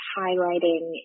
highlighting